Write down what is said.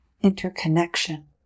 interconnection